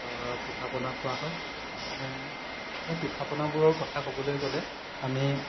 পিঠা পনা খোৱা হয় সেই পিঠা পনাবোৰৰ কথা ক'বলৈ গ'লে আমি